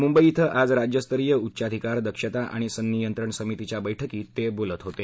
मुंबई इथं आज राज्यस्तरीय उच्चाधिकार दक्षता आणि संनियंत्रण समितीच्या बैठकीत ते बोलत होते